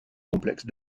complexe